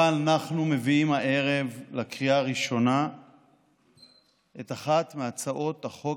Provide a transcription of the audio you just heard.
אבל אנחנו מביאים הערב לקריאה הראשונה את אחת מהצעות החוק